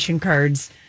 cards